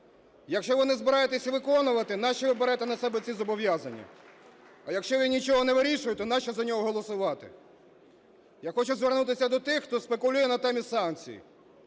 Якщо ви не збираєтеся виконувати, нащо ви берете на себе ці зобов'язання? А якщо він нічого не вирішує, то нащо за нього голосувати? Я хочу звернутися до тих, хто спекулює на темі санкцій.